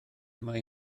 mae